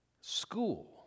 school